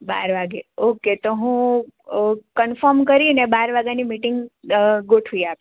બાર વાગ્યે ઓકે તો હું કન્ફોર્મ કરીને બાર વાગ્યાની મીટિંગ ગોઠવી આપીશ